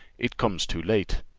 it comes too late.